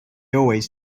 always